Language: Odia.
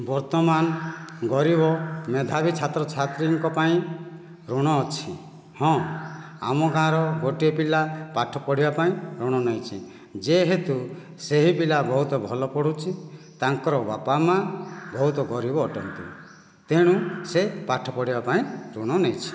ବର୍ତ୍ତମାନ ଗରିବ ମେଧାବୀ ଛାତ୍ର ଛାତ୍ରୀଙ୍କ ପାଇଁ ଋଣ ଅଛି ହଁ ଆମ ଗାଁର ଗୋଟିଏ ପିଲା ପାଠ ପଢ଼ିବା ପାଇଁ ଋଣ ନେଇଛି ଯେହେତୁ ସେହି ପିଲା ବହୁତ ଭଲ ପଢ଼ୁଛି ତାଙ୍କର ବାପା ମାଆ ବହୁତ ଗରିବ ଅଟନ୍ତି ତେଣୁ ସେ ପାଠ ପଢ଼ିବା ପାଇଁ ଋଣ ନେଇଛି